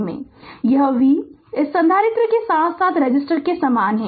यह v इस संधारित्र के साथ साथ रेसिस्टर के समान है